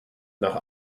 nach